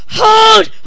Hold